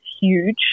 huge